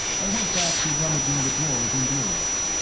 i went back to rummaging the drawers and bureaus.